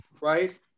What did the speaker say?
right